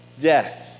death